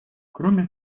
кроме